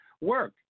work